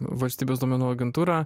valstybės duomenų agentūra